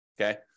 okay